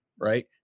Right